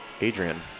Adrian